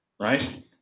Right